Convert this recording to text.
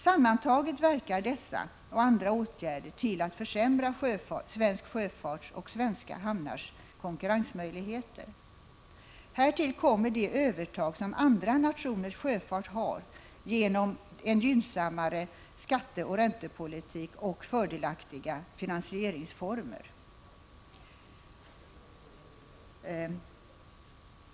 Sammantaget bidrar dessa och andra åtgärder till att försämra svensk sjöfarts och svenska hamnars konkurrensmöjligheter. Härtill kommer det övertag som andra nationers sjöfart har genom en gynnsammare skatteoch räntepolitik och fördelaktiga finansieringsformer.